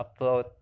upload